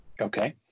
okay